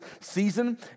season